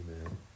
Amen